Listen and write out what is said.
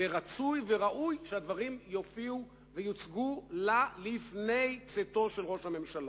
ורצוי וראוי שהדברים יופיעו ויוצגו לה לפני צאתו של ראש הממשלה.